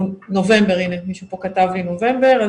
נובמבר, מישהו פה כתב לי נובמבר.